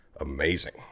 amazing